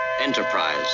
Enterprise